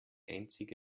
einzige